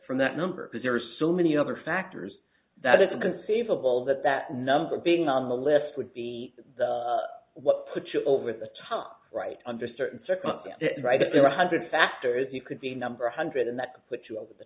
from that number because there are so many other factors that it is conceivable that that number being on the list would be what put you over the top right under certain circumstances right there one hundred factors you could be number one hundred and that put you over the